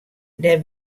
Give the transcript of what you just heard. dêr